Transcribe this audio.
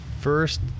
first